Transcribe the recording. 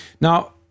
Now